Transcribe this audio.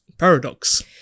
paradox